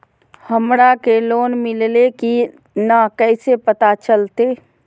हमरा के लोन मिल्ले की न कैसे पता चलते?